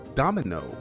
domino